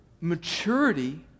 maturity